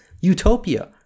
utopia